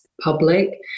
public